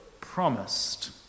promised